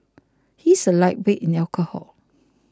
he is a lightweight in alcohol